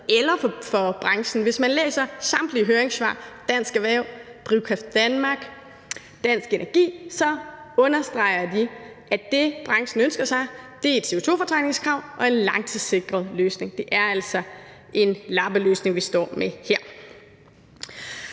eller for branchen. Hvis man læser samtlige høringssvar – det er fra Dansk Erhverv, Drivkraft Danmark, Dansk Energi – så understreger de, at det, branchen ønsker sig, er et CO2-fortrængningskrav og en langtidssikret løsning. Det er altså en lappeløsning, vi står med.